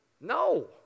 No